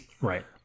Right